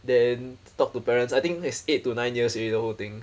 then talk to parents I think is eight to nine years already the whole thing